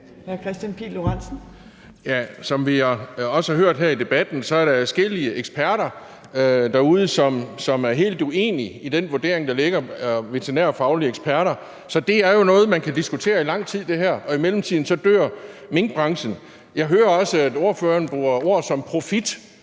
Som vi også har hørt her i debatten, er der adskillige veterinærfaglige eksperter derude, som er helt uenige i den vurdering, der ligger. Så det her er jo noget, man kan diskutere i lang tid, og i mellemtiden dør minkbranchen. Jeg hører også, at ordføreren bruger ord som »profit«